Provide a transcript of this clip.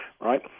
right